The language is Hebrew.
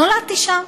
נולדתי שם.